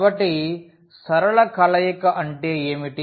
కాబట్టి సరళ కలయిక అంటే ఏమిటి